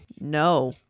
No